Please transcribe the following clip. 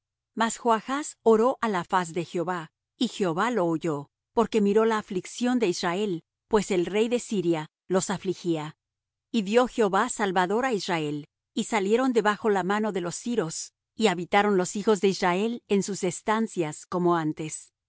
mas joachz oró á la faz de jehová y jehová lo oyó porque miró la aflicción de israel pues el rey de siria los afligía y dió jehová salvador á israel y salieron de bajo la mano de los siros y habitaron los hijos de israel en sus estancias como antes con